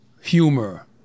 humor